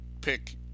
pick